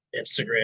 Instagram